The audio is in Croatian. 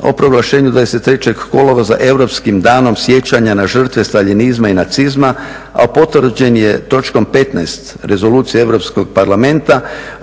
o proglašenju 23. kolovoza Europskim danom sjećanja na žrtve staljinizma i nacizma, a potvrđen je točkom 15. Rezolucije Europskog parlamenta,